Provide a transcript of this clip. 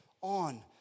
on